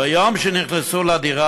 ביום שנכנסו לדירה,